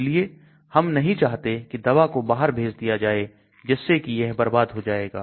इसलिए हम नहीं चाहते कि दवा को बाहर भेज दिया जाए जिससे कि यह बर्बाद हो जाएगा